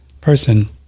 person